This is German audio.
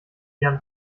jan